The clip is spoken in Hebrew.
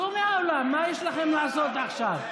צאו מהאולם, מה יש לכם לעשות עכשיו?